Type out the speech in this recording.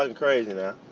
um crazy. yeah